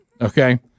okay